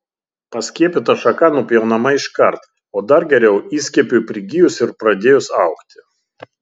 paskiepyta šaka nupjaunama iškart o dar geriau įskiepiui prigijus ir pradėjus augti